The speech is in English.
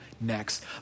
next